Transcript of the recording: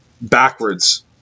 backwards